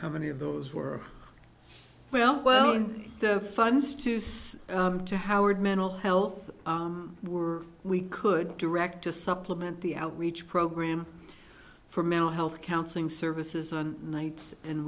how many of those who are well in the funds to use to howard mental health were we could direct to supplement the outreach program for mental health counseling services on nights and